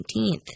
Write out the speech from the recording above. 19th